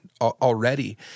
already